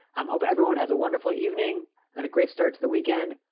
um hope everyone has a wonderful evening and a great start to the weekend,